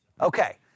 Okay